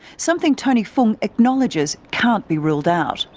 something tony fung acknowledges can't be ruled out.